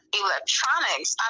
electronics